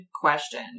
question